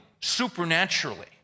supernaturally